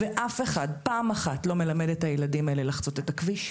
ואף אחד פעם אחת לא מלמד את הילדים האלה לחצות את הכביש.